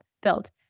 built